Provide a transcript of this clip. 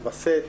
לווסת,